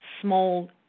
Small